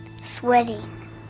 sweating